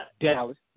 Dallas